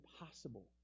impossible